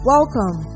Welcome